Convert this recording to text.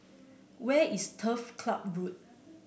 where is Turf Club Road